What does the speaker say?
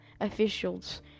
officials